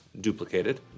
duplicated